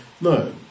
No